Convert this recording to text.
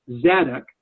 Zadok